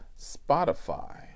Spotify